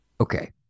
Okay